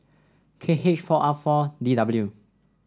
K H four R four D W